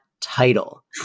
title